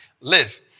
list